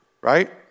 right